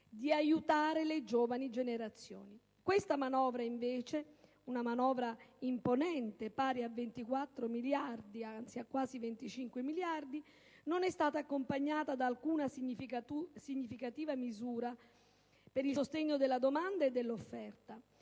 di aiutare le giovani generazioni. Questa manovra, invece, (una manovra imponente, pari a quasi 25 miliardi di euro) non è stata accompagnata da alcuna significativa misura per il sostegno della domanda e dell'offerta;